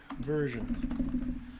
version